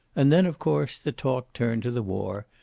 and then, of course, the talk turned to the war,